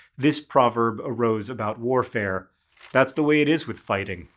this proverb arose about warfare that's the way it is with fighting.